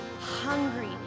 hungry